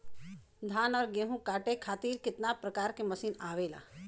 धान और गेहूँ कांटे खातीर कितना प्रकार के मशीन आवेला?